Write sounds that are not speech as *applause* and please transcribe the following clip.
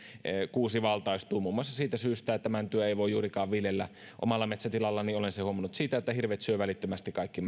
kuusivaltaistuvat muun muassa siitä syystä että mäntyä ei voi juurikaan viljellä omalla metsätilallani olen sen huomannut siitä että hirvet syövät välittömästi kaikki *unintelligible*